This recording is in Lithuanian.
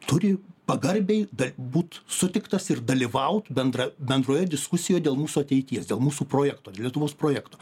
turi pagarbiai būt sutiktas ir dalyvaut bendra bendroje diskusijoje dėl mūsų ateities dėl mūsų projekto lietuvos projektuo